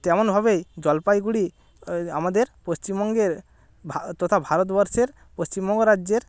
তেমনভাবেই জলপাইগুড়ি আমাদের পশ্চিমবঙ্গে ভা তথা ভারতবর্ষের পশ্চিমবঙ্গ রাজ্যের